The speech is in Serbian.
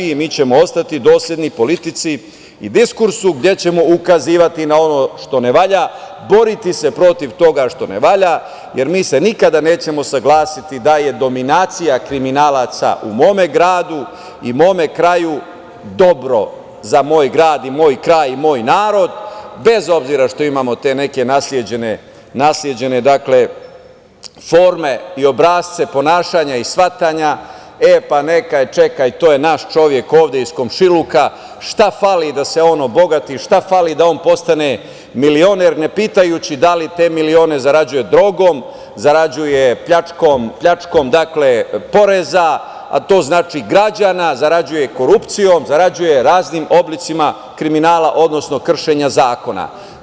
Mi ćemo ostati dosledni politici i diskursu gde ćemo ukazivati na ono što ne valja, boriti se protiv toga što ne valja, jer mi se nikada nećemo saglasiti da je dominacija kriminalaca u mome gradu i mome kraju dobro za moj grad i moj kraj i moj narod, bez obzira što imamo te neke nasleđene forme i obrasce ponašanja i shvatanja – e, pa, neka je, čekaj, to je naš čovek ovde iz komšiluka, šta fali da se on obogati, šta fali da on postane milioner, ne pitajući da li te milione zarađuje drogom, zarađuje pljačkom poreza, a to znači građana, zarađuje korupcijom, zarađuje raznim oblicima kriminala, odnosno kršenja zakona.